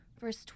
verse